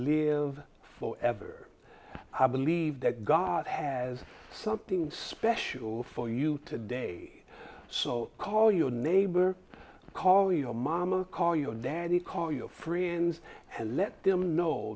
live for ever i believe that god has something special for you today so call your neighbor call your momma call your daddy call your friends and let them know